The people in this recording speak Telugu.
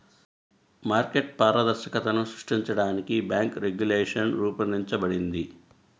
మార్కెట్ పారదర్శకతను సృష్టించడానికి బ్యేంకు రెగ్యులేషన్ రూపొందించబడింది